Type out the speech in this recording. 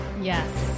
Yes